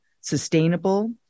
sustainable